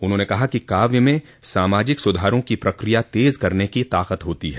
उन्होंने कहा कि काव्य में सामाजिक सुधारों की प्रक्रिया तेज करने की ताकत होती है